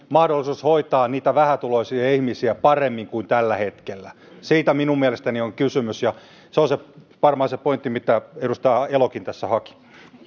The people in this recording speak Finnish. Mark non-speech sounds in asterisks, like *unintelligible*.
*unintelligible* mahdollisuus hoitaa niitä vähätuloisia ihmisiä paremmin kuin tällä hetkellä siitä minun mielestäni on kysymys ja se on varmaan se pointti mitä edustaja elokin tässä haki